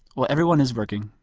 while everyone is working,